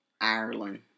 Ireland